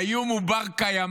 האיום הוא בר-קיימא,